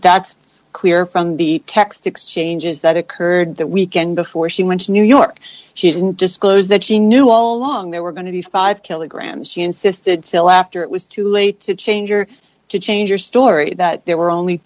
that's clear from the text exchanges that occurred that weekend before she went to new york she didn't disclose that she knew all along there were going to be five kilograms she insisted till after it was too late to change or to change her story that there were only